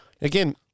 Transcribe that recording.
again –